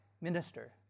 minister